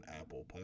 Apple